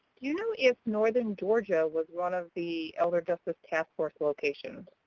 you know if northern georgia was one of the elder justice task force locations?